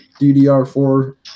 DDR4